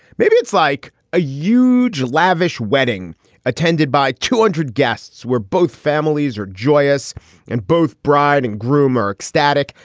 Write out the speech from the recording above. maybe it's like a huge, lavish wedding attended by two hundred guests, where both families are joyous and both bride and groom are ecstatic.